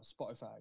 Spotify